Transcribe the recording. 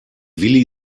willi